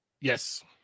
yes